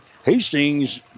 Hastings